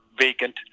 vacant